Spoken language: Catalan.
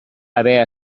haver